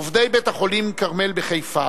עובדי בית-החולים "כרמל" בחיפה